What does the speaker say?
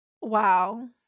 wow